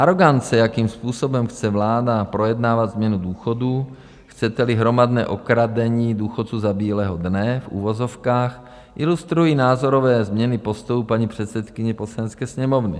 Aroganci, jakým způsobem chce vláda projednávat změnu důchodů, chceteli hromadné okradení důchodců za bílého dne, v uvozovkách, ilustrují názorové změny postojů paní předsedkyně Poslanecké sněmovny.